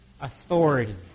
authority